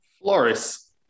Floris